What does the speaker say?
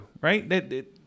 right